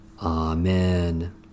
Amen